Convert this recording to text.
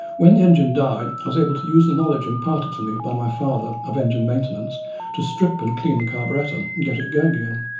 when the engine died, i was able to use the knowledge imparted to me by my father of engine maintenance to strip and clean the carburettor, and get it going again.